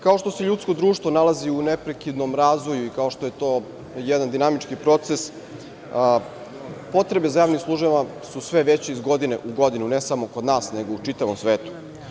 Kao što se ljudsko društvo nalazi u neprekidnom razvoju i kao što je to jedan dinamički proces, potrebe za javnim službama su sve veće i veće iz godine u godinu, ne samo kod nas nego i u čitavom svetu.